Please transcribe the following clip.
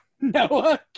Noah